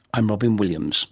i'm robyn williams